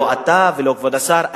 לא אתה ולא כבוד השר.